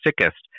sickest